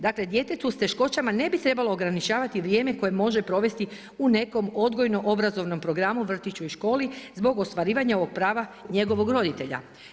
Dakle, djetetu s teškoćama ne bi trebalo ograničavati vrijeme, koje može provesti u nekom odgojno obrazovanom programu vrtiću i školi, zbog ostvarivanja ovog prava njegovog roditelja.